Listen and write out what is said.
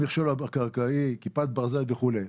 המכשור הקרקעי, כיפת ברזל וכו'.